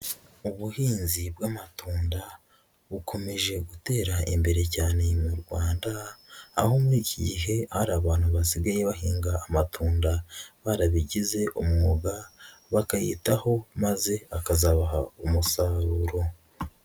Ubuhinzi bw'amatunda bukomeje gutera imbere cyane mu Rwanda, aho muri iki gihe hari abantu basigaye bahinga amatunda barabigize umwuga, bakayitaho maze akazabaha umusaruro.